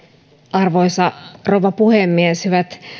arvoisa rouva puhemies hyvät